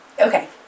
Okay